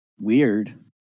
Weird